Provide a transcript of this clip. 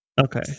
Okay